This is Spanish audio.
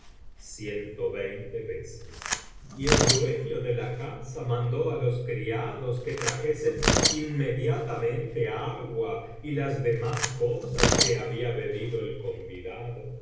ciento veinte veces y el dueño de la casa mandó á los criados que trajesen inmediatamente agua y las demás cosas que había pedido el convidado y